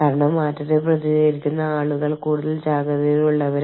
അതിനാൽ മറ്റ് രാജ്യങ്ങളിൽ നിന്നുള്ള ആളുകളെ ജോലിക്കെടുക്കുമ്പോൾ നമ്മൾ ശ്രദ്ധിക്കേണ്ടതുണ്ട്